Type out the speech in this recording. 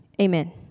Amen